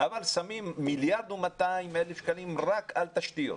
אבל שמים 1.2 מיליארד שקלים רק על תשתיות.